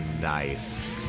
nice